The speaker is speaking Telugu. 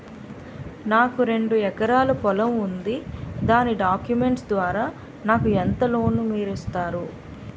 నాకు రెండు ఎకరాల పొలం ఉంది దాని డాక్యుమెంట్స్ ద్వారా నాకు ఎంత లోన్ మీరు ఇస్తారు?